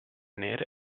nere